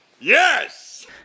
Yes